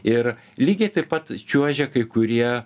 ir lygiai taip pat čiuožia kai kurie